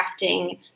crafting